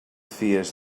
fies